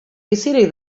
bizirik